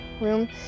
room